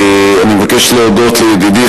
אני מבקש להודות לידידי,